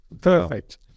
perfect